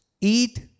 Eat